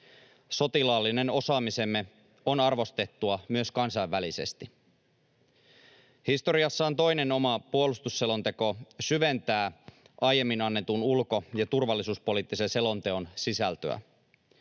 Sotilaallinen osaamisemme on arvostettua myös kansainvälisesti. Historiassaan toinen oma puolustusselonteko syventää aiemmin annetun ulko- ja turvallisuuspoliittisen selonteon sisältöä.